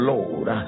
Lord